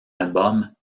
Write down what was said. album